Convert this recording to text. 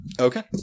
Okay